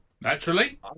naturally